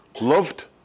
Loved